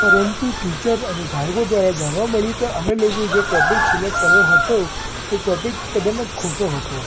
પરંતુ ટીચર અને સાહેબો દ્વારા જાણવા મળ્યું કે અમે લોકોએ જે ટૉપિક સિલૅક્ટ કર્યો હતો એ ટૉપિક તદ્દન જ ખોટો હતો